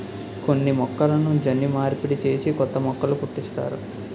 కొన్ని మొక్కలను జన్యు మార్పిడి చేసి కొత్త మొక్కలు పుట్టిస్తారు